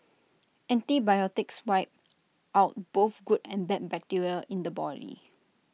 antibiotics wipe out both good and bad bacteria in the body